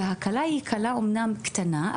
ההקלה היא הקלה אמנם קטנה,